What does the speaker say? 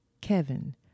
Kevin